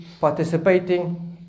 participating